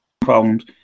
problems